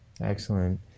Excellent